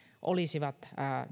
olisivat